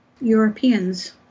Europeans